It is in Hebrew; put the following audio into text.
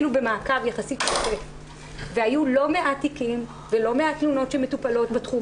היינו במעקב והיו לא מעט תיקים ולא מעט תלונות שמטופלות בתחום